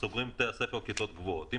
סוגרים את הכיתות הגבוהות בבתי הספר,